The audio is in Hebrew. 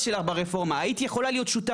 את הדעות שלכם ומבטל כל דבר שלא מיושר בקו